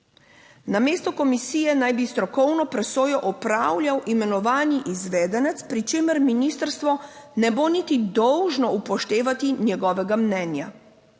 Namesto komisije naj bi strokovno presojo opravljal imenovani izvedenec, pri čemer ministrstvo ne bo niti dolžno upoštevati njegovega mnenja.